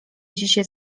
dzisiaj